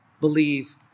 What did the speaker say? believe